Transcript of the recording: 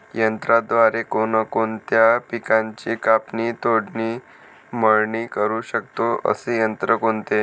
यंत्राद्वारे कोणकोणत्या पिकांची कापणी, तोडणी, मळणी करु शकतो, असे यंत्र कोणते?